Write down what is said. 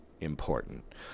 important